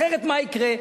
אחרת מה יקרה?